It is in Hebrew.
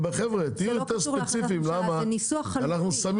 חבר'ה תהיו יותר ספציפיים כי אנחנו שמים